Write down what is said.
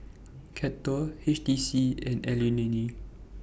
Kettle H T C and Anlene